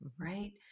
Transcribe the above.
right